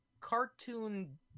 cartoon